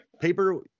paper